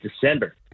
December